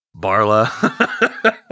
Barla